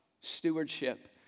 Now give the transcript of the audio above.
stewardship